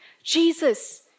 Jesus